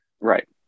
right